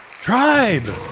Tribe